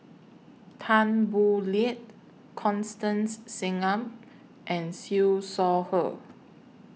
Tan Boo Liat Constance Singam and Siew Shaw Her